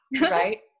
right